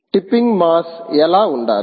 tipping మాస్ఎలా ఉండాలి